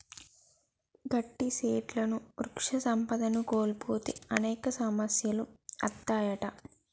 గట్టి సెట్లుని వృక్ష సంపదను కోల్పోతే అనేక సమస్యలు అత్తాయంట